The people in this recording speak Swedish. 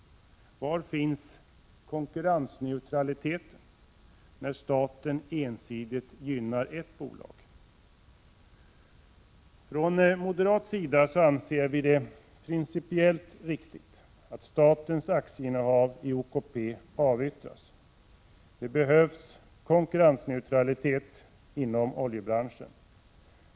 Var finns konkurrensneutraliteten, när staten ensidigt gynnar ett bolag? Vi moderater anser det principiellt riktigt att statens aktieinnehav i OK avyttras. Det behövs konkurrensneutralitet inom oljebranschen.